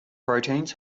proteins